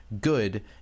good